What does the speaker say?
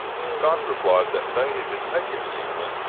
the scots replied that though he had been taken in england,